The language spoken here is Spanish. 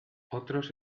otros